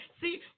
See